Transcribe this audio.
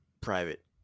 Private